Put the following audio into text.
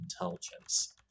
intelligence